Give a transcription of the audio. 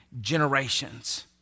generations